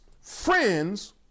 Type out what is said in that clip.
friends